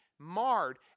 marred